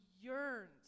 yearns